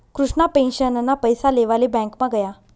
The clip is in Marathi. कृष्णा पेंशनना पैसा लेवाले ब्यांकमा गया